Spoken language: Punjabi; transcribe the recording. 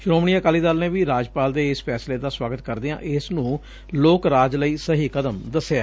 ਸ੍ਰੋਮਣੀ ਅਕਾਲੀ ਦਲ ਨੇ ਵੀ ਰਾਜਪਾਲ ਦੇ ਇਸ ਫੈਸਲੇ ਦਾ ਸੁਆਗਤ ਕਰਦਿਆਂ ਇਸ ਨੂੰ ਲੋਕ ਰਾਜ ਲਈ ਸਹੀ ਕਦਮ ਦਸਿਐ